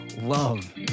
love